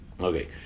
Okay